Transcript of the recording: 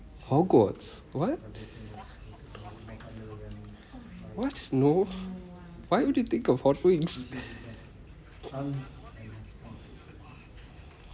what what no why would you think of hot wings